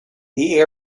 the